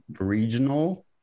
regional